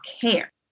care